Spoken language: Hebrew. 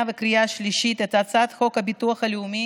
ולקריאה שלישית את הצעת חוק הביטוח הלאומי